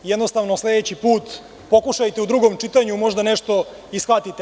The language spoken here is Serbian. Jednostavno, sledeći put pokušajte u drugom čitanju da možda nešto i shvatite.